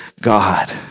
God